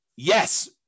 Yes